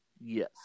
Yes